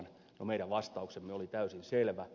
no meidän vastauksemme oli täysin selvä